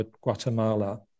guatemala